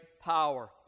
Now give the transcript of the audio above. power